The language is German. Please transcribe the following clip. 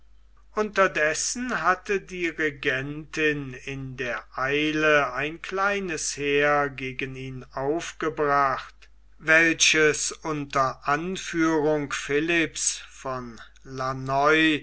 unterdessen hatte die regentin in der eile ein kleines heer gegen ihn aufgebracht welches unter anführung philipps von